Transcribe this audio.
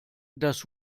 dass